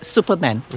Superman